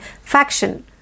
faction